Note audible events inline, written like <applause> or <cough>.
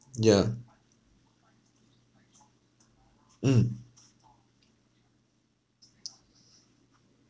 mm ya mm <breath>